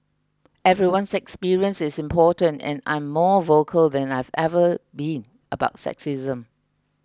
everyone's experience is important and I'm more vocal than I've ever been about sexism